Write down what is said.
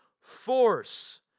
force